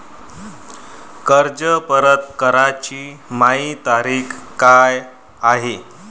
कर्ज परत कराची मायी तारीख का हाय?